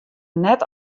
net